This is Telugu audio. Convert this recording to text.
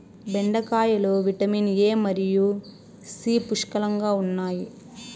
బెండకాయలో విటమిన్ ఎ మరియు సి పుష్కలంగా ఉన్నాయి